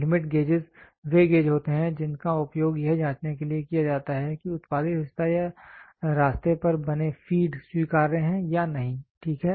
limit gauges वे gauge होते हैं जिनका उपयोग यह जाँचने के लिए किया जाता है कि उत्पादित हिस्सा या रास्ते पर बने फीड स्वीकार्य हैं या नहीं ठीक है